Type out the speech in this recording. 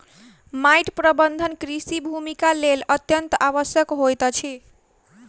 माइट प्रबंधन कृषि भूमिक लेल अत्यंत आवश्यक होइत अछि